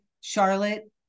Charlotte